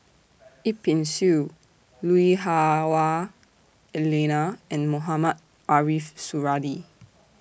Yip Pin Xiu Lui Hah Wah Elena and Mohamed Ariff Suradi